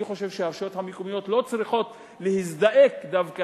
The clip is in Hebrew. אני חושב שהרשויות המקומיות לא צריכות להזדעק דווקא